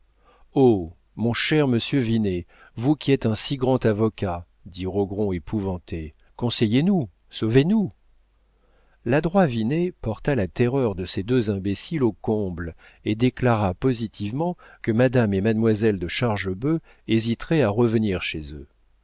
mon cher monsieur vinet vous qui êtes un si grand avocat dit rogron épouvanté conseillez nous sauvez-nous l'adroit vinet porta la terreur de ces deux imbéciles au comble et déclara positivement que madame et mademoiselle de chargebœuf hésiteraient à revenir chez eux